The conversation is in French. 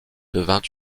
devint